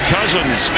Cousins